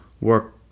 work